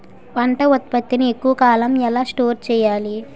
పంట ఉత్పత్తి ని ఎక్కువ కాలం ఎలా స్టోర్ చేయాలి?